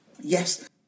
yes